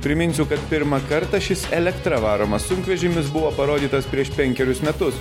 priminsiu kad pirmą kartą šis elektra varomas sunkvežimis buvo parodytas prieš penkerius metus